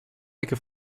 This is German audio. ecke